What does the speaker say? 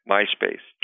MySpace